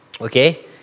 Okay